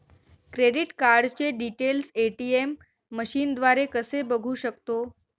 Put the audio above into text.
Credit कार्डचे details ATM मशीनद्वारे कसे बघू शकतो?